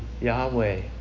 Yahweh